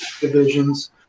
divisions